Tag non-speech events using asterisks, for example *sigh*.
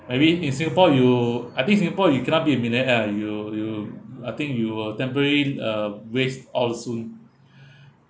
I mean in singapore you I think singapore you cannot be a millionaire lah you you I think you will temporary uh waste all soon *breath*